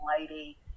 lady